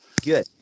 Good